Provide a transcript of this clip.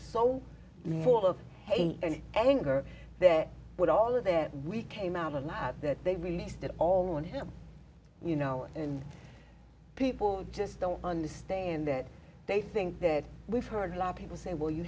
hate and anger that with all of that we came out alive that they released it all on him you know and people just don't understand that they think that we've heard a lot of people say well you